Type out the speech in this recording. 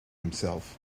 himself